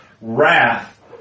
wrath